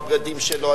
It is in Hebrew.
הבגדים שלו,